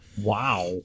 wow